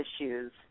issues